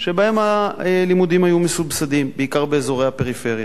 שבהם הלימודים היו מסובסדים בעיקר באזורי הפריפריה.